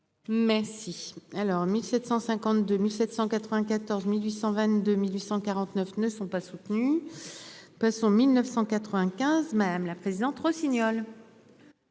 Merci. Alors 1752 1794 1822 1849 ne sont pas soutenues. Passons. 1995. Même la présidente Rossignol.